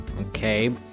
Okay